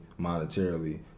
monetarily